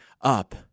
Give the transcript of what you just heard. up